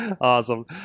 Awesome